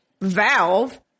Valve